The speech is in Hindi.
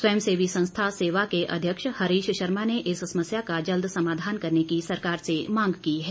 स्वयं सेवी संस्था सेवा के अध्यक्ष हरीश शर्मा ने इस समस्या का जल्द समाधान करने की सरकार से मांग की है